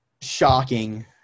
shocking